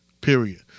Period